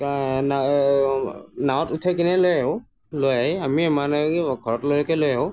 নাৱত উঠাই কিনে লৈ আহোঁ লৈ আহি আমি মানে কি ঘৰলৈকে লৈ আহোঁ